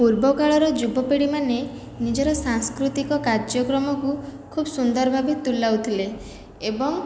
ପୂର୍ବ କାଳର ଯୁବପିଢ଼ୀମାନେ ନିଜର ସାଂସ୍କୃତିକ କାର୍ଯ୍ୟକ୍ରମକୁ ଖୁବ ସୁନ୍ଦର ଭାବେ ତୁଲାଉ ଥିଲେ ଏବଂ